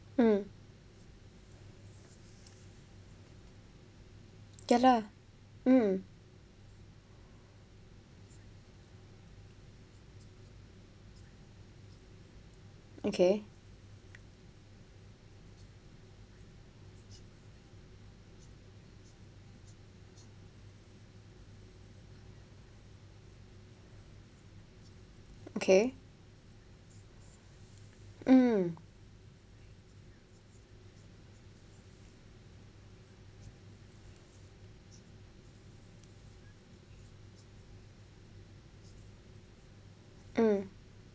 mm ya lah mm okay okay(mm) mm